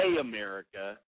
America